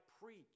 preach